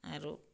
ଆରୁ